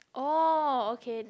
oh okay